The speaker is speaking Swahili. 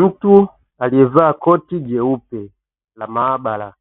Mtu aliyevaa koti jeupe la maabara,